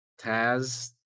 Taz